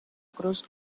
cruz